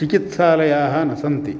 चिकित्सालयाः न सन्ति